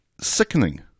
sickening